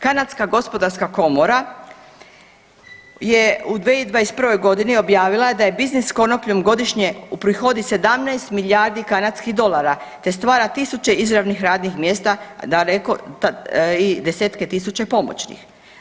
Kanadska gospodarska komora je u 2021. godini objavila da je biznis sa konopljom godišnje uprihodi 17 milijardi kanadskih dolara, te stvara tisuće izravnih radnih mjesta i desetke tisuća pomoćnih.